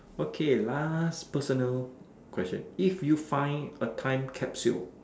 okay last personal question if you find a time capsule